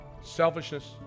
selfishness